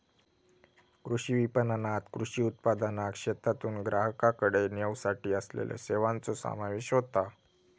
कृषी विपणणात कृषी उत्पादनाक शेतातून ग्राहकाकडे नेवसाठी असलेल्या सेवांचो समावेश होता